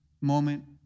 moment